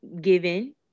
Given